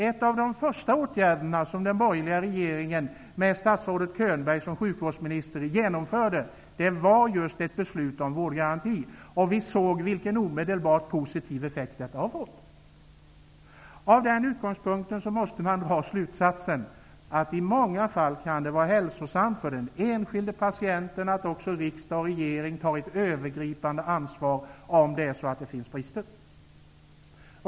En av de första åtgärderna som den borgerliga regeringen, med statsrådet Könberg som sjukvårdsminister, genomförde var just ett beslut om vårdgaranti. Vi såg vilken omedelbart positiv effekt denna har fått. Med den utgångspunkten måste man dra slutsatsen att det i många fall kan vara hälsosamt för den enskilde patienten att också riksdag och regering tar ett övergripande ansvar, om det är så att det finns brister.